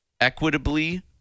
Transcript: equitably